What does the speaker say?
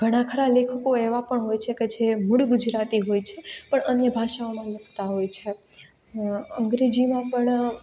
ઘણા ખરા લેખકો એવા પણ હોય છે કે જે મૂળ ગુજરાતી હોય છે પણ અન્ય ભાષાઓમાં લખતા હોય છે અંગ્રેજીમાં પણ